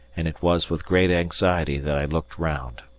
and it was with great anxiety that i looked round.